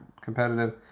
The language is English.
competitive